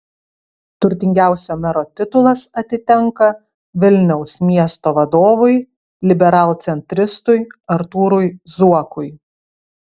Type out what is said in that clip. turtingiausio mero titulas atitenka vilniaus miesto vadovui liberalcentristui artūrui zuokui